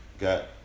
got